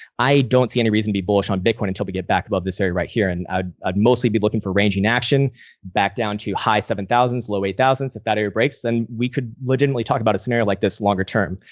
i don't see any reason be bullish on bitcoin until you but get back above this area right here. and i mostly be looking for raging action back down to high seven thousand, low eight thousand better embrace then we could legitimately talk about a scenario like this longer term.